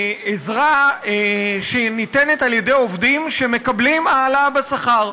העזרה, שניתנת על-ידי עובדים שמקבלים העלאה בשכר.